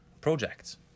projects